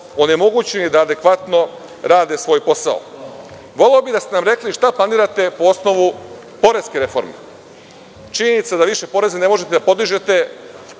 onemogućeni da adekvatno rade svoj posao. Voleo bih da ste nam rekli šta planirate po osnovu poreske reforme. Činjenica je da više poreze ne možete da podižete,